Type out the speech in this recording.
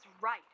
right